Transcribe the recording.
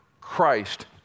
Christ